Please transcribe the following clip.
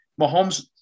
Mahomes